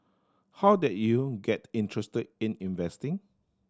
how did you get interested in investing